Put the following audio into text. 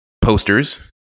posters